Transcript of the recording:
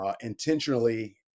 intentionally